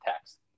text